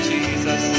Jesus